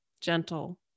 gentle